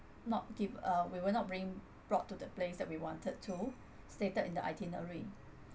not giv~ uh we were not bring brought to the place that we wanted to stated in the itinerary